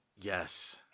Yes